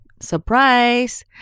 Surprise